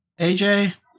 AJ